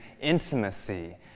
intimacy